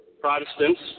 Protestants